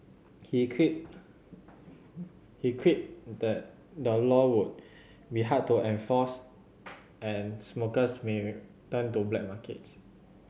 he quipped he quipped the law would be hard to enforce and smokers may turn to black markets